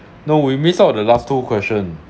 no we miss out the last two question